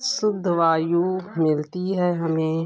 शुद्ध वायु मिलती है हमें